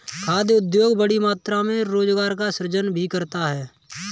खाद्य उद्योग बड़ी मात्रा में रोजगार का सृजन भी करता है